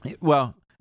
Well-